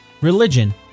religion